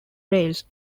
rails